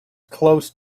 close